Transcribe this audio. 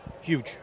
Huge